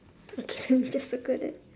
okay then we just circle that